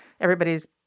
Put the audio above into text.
everybody's